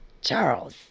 Charles